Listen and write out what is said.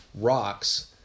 rocks